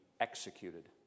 executed